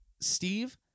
Steve